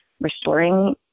restoring